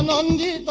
and and